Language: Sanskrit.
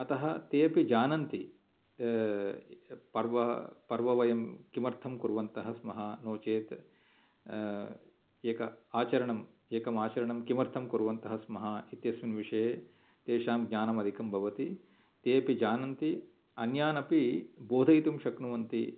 अतः ते अपि जानन्ति पर्वाणि पर्वाणि वयं किमर्थं कुर्वन्तः स्मः नो चेत् एकम् आचरणं एकम् आचरणं किमर्थं कुर्वन्तः स्मः इत्यस्मिन् विषये तेषां ज्ञानम् अधिकं भवति ते अपि जानन्ति अन्यान् अपि बोधयितुं शक्नुवन्ति